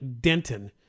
Denton